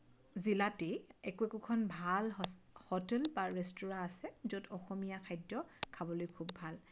জিলাতেই একো একোখন ভাল হোটেল বা ৰেষ্টুৰা আছে য'ত অসমীয়া খাদ্য খাবলৈ খুব ভাল